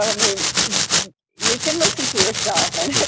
i mean you can listen to yourself. and